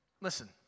Listen